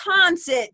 concert